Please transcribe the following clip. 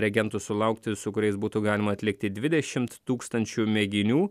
reagentų sulaukti su kuriais būtų galima atlikti dvidešimt tūkstančių mėginių